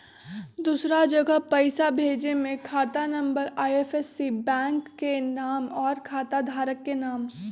दूसरा जगह पईसा भेजे में खाता नं, आई.एफ.एस.सी, बैंक के नाम, और खाता धारक के नाम?